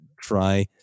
try